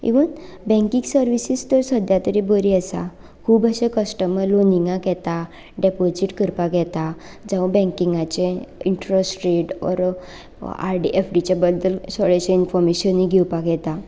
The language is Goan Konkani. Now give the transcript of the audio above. इवन बँकेंत सरवीस तर सद्या तरी बरी आसा खूब अशे कस्टमर लोनिंगाक येतात डेपोजीट करपाक येतात जावं बँकिंगाचें इंटरस्ट रेट ओर एफडीच्या बद्दल थोडेंशें इनफोरमेशन घेवपाक येतात